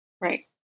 Right